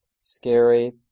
scary